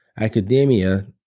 academia